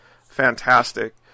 fantastic